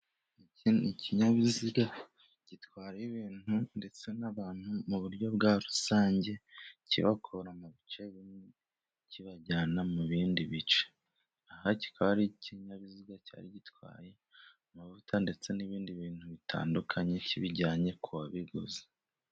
Iki ni ikinyabiziga gitwara ibintu ndetse n'abantu mu buryo bwa rusange, kibakura mu bice bimwe kibajyana mu bindi bice. Aha kikaba ari ikinyabiziga cyari gitwaye amavuta ndetse n'ibindi bintu bitandukanye, kibijyanye ku babiguzi.